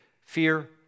Fear